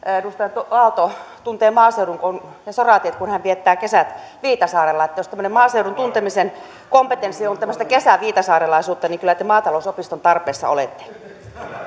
edustaja aalto tuntee maaseudun ne soratiet kun hän viettää kesät viitasaarella jos maaseudun tuntemisen kompetenssi on on tämmöistä kesäviitasaarelaisuutta niin kyllä te maatalousopiston tarpeessa olette